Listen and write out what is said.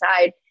side